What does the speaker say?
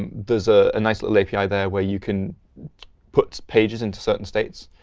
and there's ah a nice little api there where you can put pages into certain states.